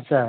আচ্ছা